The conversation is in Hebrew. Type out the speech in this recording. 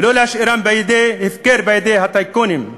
ולא להשאירן הפקר בידי הטייקונים,